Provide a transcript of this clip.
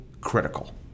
critical